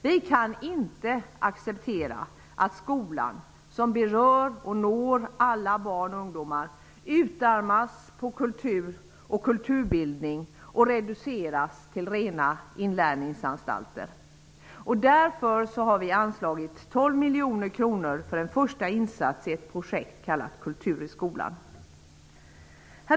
Vi kan inte acceptera att skolan -- som berör och når alla barn och ungdomar -- utarmas på kultur och kulturbildning och reduceras till rena inlärningsanstalter. Därför har vi anslagit 12 miljoner kronor till en första insats i ett projekt som kallas Kultur i skolan.